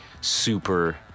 super